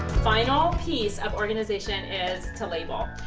final piece of organization is to label.